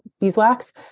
beeswax